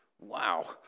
Wow